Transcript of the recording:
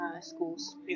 schools